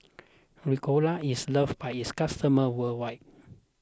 Ricola is loved by its customers worldwide